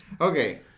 Okay